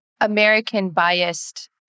American-biased